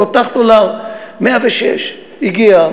תותח תול"ר 106 הגיע.